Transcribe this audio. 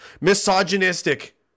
Misogynistic